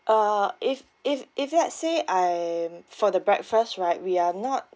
uh if if if let's say I'm for the breakfast right we are not